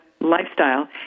lifestyle